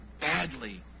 badly